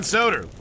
Soder